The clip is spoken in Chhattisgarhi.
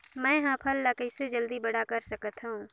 मैं ह फल ला कइसे जल्दी बड़ा कर सकत हव?